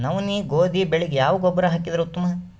ನವನಿ, ಗೋಧಿ ಬೆಳಿಗ ಯಾವ ಗೊಬ್ಬರ ಹಾಕಿದರ ಉತ್ತಮ?